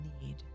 need